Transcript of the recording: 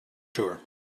tour